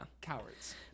Cowards